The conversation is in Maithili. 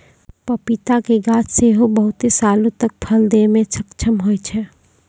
पपीता के गाछ सेहो बहुते सालो तक फल दै मे सक्षम होय छै